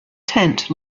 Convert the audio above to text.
tent